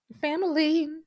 Family